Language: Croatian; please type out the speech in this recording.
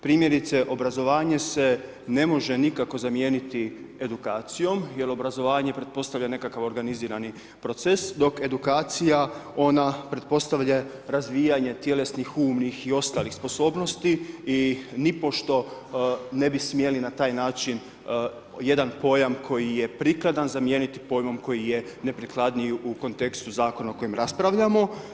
Primjerice obrazovanje se ne može nikako zamijeniti edukacijom, jer obrazovanje pretpostavlja nekakav organizirani proces dok edukacija ona pretpostavlja razvijanje tjelesnih, umnih i ostalih sposobnosti i nipošto ne bi smjeli na taj način jedan pojam koji je prikladan zamijeniti pojmom koji je neprikladniji u kontekstu zakona o kojem raspravljamo.